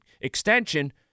extension